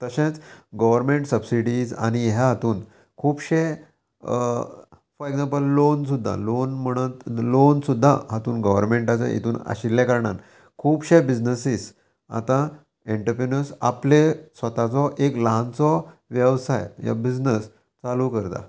तशेंच government subsidies आनी ह्या हातून खुबशे फॉर एग्जांपल लोन सुद्दां लोन म्हणत लोन सुद्दां हातूंत गोवर्मेंटाचे हितून आशिल्ल्या कारणान खुबशे बिजनसीस आतां एन्टर्प्रेन्युअर्स आपले स्वताचो एक ल्हानचो वेवसाय ह्या बिजनस चालू करता